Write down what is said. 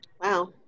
Wow